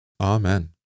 Amen